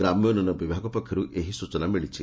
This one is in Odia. ଗ୍ରାମ୍ୟ ଉନ୍ନୟନ ବିଭାଗ ପକ୍ଷରୁ ଏହି ସ୍ଚନା ମିଳିଛି